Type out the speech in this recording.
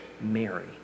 Mary